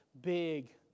Big